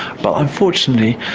but unfortunately,